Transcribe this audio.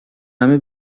همه